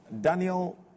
Daniel